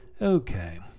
Okay